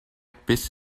biss